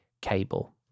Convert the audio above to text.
cable